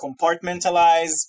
compartmentalize